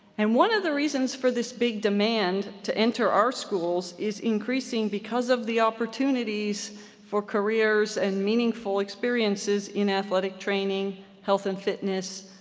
and one of the reasons for this big demand to enter our schools is increasing because of the opportunities for careers and meaningful experiences in athletic training, health and fitness,